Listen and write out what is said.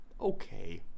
okay